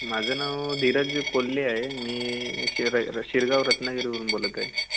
माझं नाव धीरज कोळी आहे मी शि शिरगाव रत्नागिरीवरून बोलत आहे